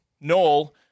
Noel